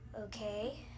Okay